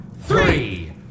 three